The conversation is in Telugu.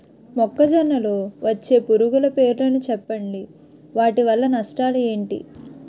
మొక్కజొన్న లో వచ్చే పురుగుల పేర్లను చెప్పండి? వాటి వల్ల నష్టాలు ఎంటి?